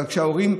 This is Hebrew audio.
אבל כשההורים,